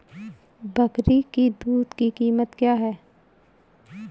बकरी की दूध की कीमत क्या है?